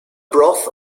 broth